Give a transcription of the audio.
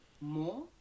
more